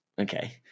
Okay